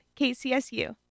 KCSU